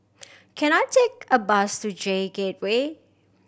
can I take a bus to J Gateway